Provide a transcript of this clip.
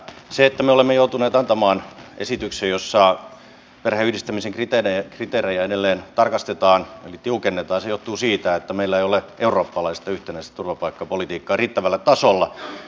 se että me olemme joutuneet antamaan esityksen jossa perheenyhdistämisen kriteerejä edelleen tarkastetaan eli tiukennetaan johtuu siitä että meillä ei ole eurooppalaista yhtenäistä turvapaikkapolitiikkaa riittävällä tasolla